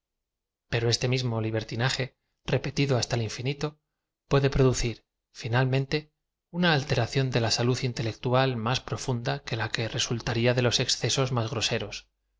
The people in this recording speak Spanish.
pero este miamo liberti naje repetido hasta el infinito puede producir final lg g mente una alteración de la salud intelectual máa profunda qae la que resultaría de loa excesos más